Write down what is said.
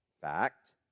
fact